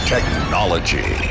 technology